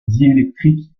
diélectrique